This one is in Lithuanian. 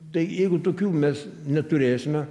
tai jeigu tokių mes neturėsime